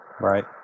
Right